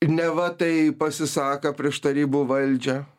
neva tai pasisaka prieš tarybų valdžią